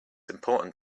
important